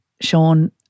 Sean